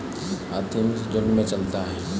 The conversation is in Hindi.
हाथी हमेशा झुंड में चलता है